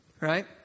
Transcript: right